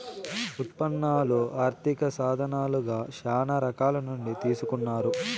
ఉత్పన్నాలు ఆర్థిక సాధనాలుగా శ్యానా రకాల నుండి తీసుకున్నారు